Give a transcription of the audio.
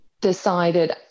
decided